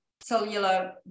cellular